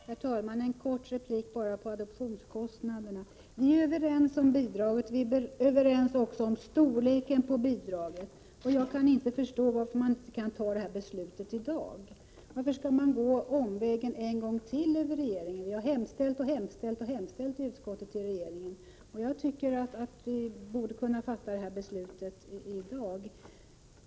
Herr talman! Bara en kort replik om adoptionskostnader. Vi är överens om bidraget och om storleken på bidraget. Jag kan inte förstå varför man inte kan fatta detta beslut. Varför skall vi en gång till gå omvägen över regeringen? Vi har redan många gånger hemställt till regeringen, och jag tycker att vi kan fatta beslutet i dag.